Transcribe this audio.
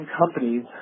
companies